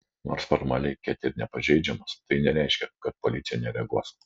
nors formaliai ket ir nepažeidžiamos tai nereiškia kad policija nereaguos